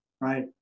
right